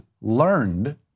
learned